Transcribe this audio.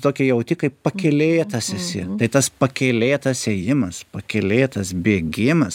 tokį jauti kaip pakylėtas esi tas pakylėtas ėjimas pakylėtas bėgimas